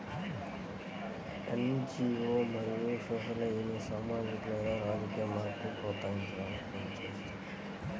NGO మరియు social ఏజెన్సీలు సామాజిక లేదా రాజకీయ మార్పును ప్రోత్సహించడానికి పని చేస్తాయి